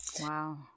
Wow